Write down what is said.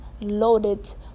loaded